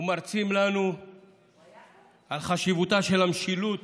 ומרצים לנו על חשיבותה של המשילות